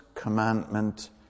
commandment